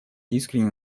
искренне